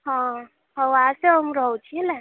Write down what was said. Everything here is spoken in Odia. ହଁ ହଉ ଆସେ ଆଉ ମୁଁ ରହୁଛି ହେଲା